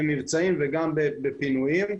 במבצעים וגם בפינויים.